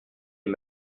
est